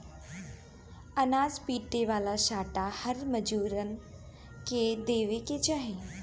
अनाज पीटे वाला सांटा हर मजूरन के देवे के चाही